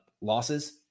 losses